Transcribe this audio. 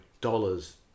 dollars